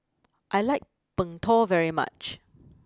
I like Png Tao very much